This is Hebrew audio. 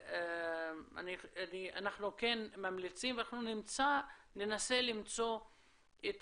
ואנחנו כן ממליצים ואנחנו ננסה למצוא את